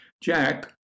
Jack